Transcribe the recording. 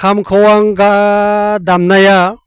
खामखौ आं दा दामनाया